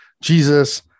Jesus